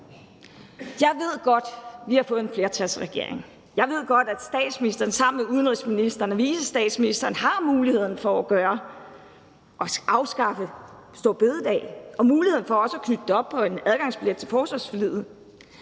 Jeg ved godt, at vi har fået en flertalsregering. Jeg ved godt, at statsministeren sammen med udenrigsministeren og vicestatsministeren har muligheden for at afskaffe store bededag og muligheden for også at knytte dette op på en adgangsbillet til forhandlingerne